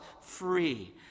free